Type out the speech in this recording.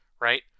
right